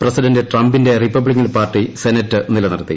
president ടംപിന്റെ Republican party Senate നിലനിർത്തി